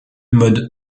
mode